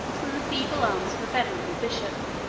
from the feeble arms of a venerable bishop.